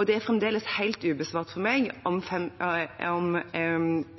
Og det er fremdeles helt ubesvart for meg om